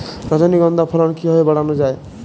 রজনীগন্ধা ফলন কিভাবে বাড়ানো যায়?